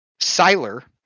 Siler